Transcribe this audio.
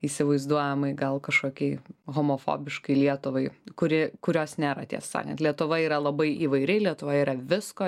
įsivaizduojamai gal kažkokiai homofobiškai lietuvai kuri kurios nėra tiesa sakant lietuva yra labai įvairi lietuvoje yra visko